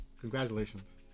Congratulations